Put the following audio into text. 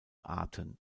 arten